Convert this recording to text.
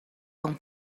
con